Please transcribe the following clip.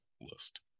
list